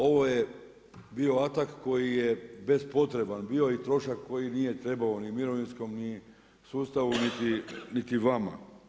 Ovo je bio atak koji je bespotreban bio i trošak koji nije trebao ni mirovinskom sustavu niti vama.